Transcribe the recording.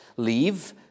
leave